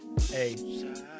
hey